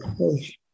okay